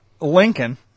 Lincoln